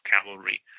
cavalry